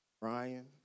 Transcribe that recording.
Ryan